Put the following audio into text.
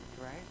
right